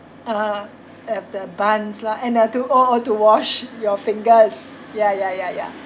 uh have the buns lah and uh to oh oh to wash your fingers ya ya ya ya